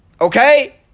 Okay